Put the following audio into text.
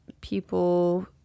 people